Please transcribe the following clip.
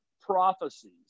prophecies